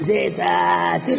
Jesus